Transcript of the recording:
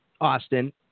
Austin